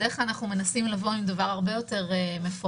בדרך כלל אנחנו מנסים לבוא עם דבר הרבה יותר מפורט,